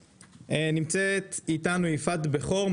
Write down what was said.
נמצאת איתנו יפעת בכור,